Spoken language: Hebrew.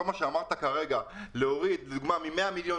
כל מה שאמרת כרגע על להוריד מ-100 מיליון